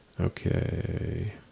Okay